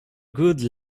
good